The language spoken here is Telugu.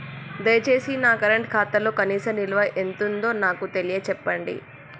దయచేసి నా కరెంట్ ఖాతాలో కనీస నిల్వ ఎంతుందో నాకు తెలియచెప్పండి